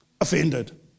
offended